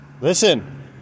Listen